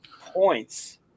points